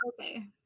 Okay